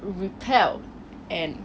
repel and